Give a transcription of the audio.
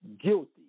guilty